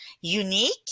unique